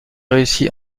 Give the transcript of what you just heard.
réussit